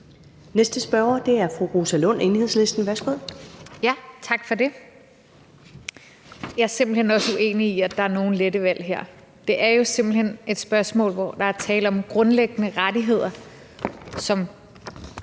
næste spørger er fru Rosa Lund, Enhedslisten. Værsgo. Kl. 13:49 Rosa Lund (EL): Tak for det. Jeg er simpelt hen også uenig i, at der er nogen lette valg her. Det er jo simpelt hen et spørgsmål om, at der er tale om grundlæggende rettigheder, som